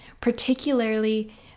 particularly